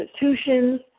institutions